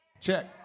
check